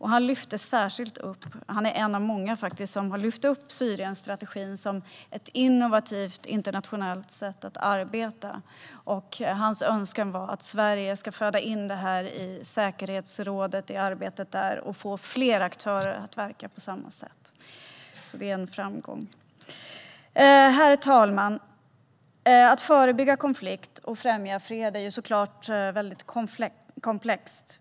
Han är en av många som har lyft upp Syrienstrategin som ett innovativt internationellt sätt att arbeta. Hans önskan var att Sverige ska ta upp detta i arbetet i säkerhetsrådet för att få fler aktörer att verka på samma sätt. Det är en framgång. Herr talman! Att förebygga konflikt och främja fred är såklart väldigt komplext.